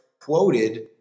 quoted